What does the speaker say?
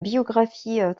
biographie